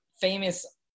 famous